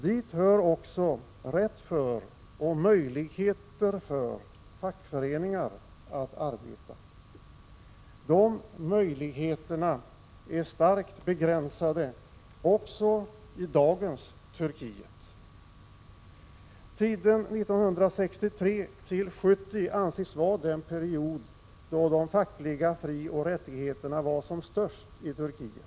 Dit hör också rätt och möjligheter för fackföreningar att arbeta. De möjligheterna är starkt begränsade också i dagens Turkiet. Tiden 1963-1970 anses vara den period då de fackliga frioch rättigheterna var som störst i Turkiet.